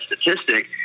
statistic